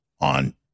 on